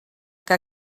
que